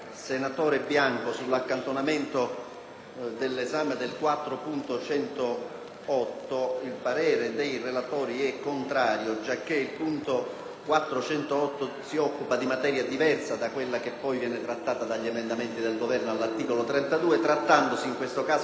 il parere dei relatori è contrario giacché quest'ultimo si occupa di materia diversa da quella che verrà poi trattata dagli emendamenti del Governo all'articolo 39, trattandosi nel primo caso delle istanze di cittadinanza e nell'ipotesi dell'articolo 39